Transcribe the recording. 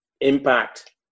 impact